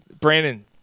brandon